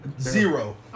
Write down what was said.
Zero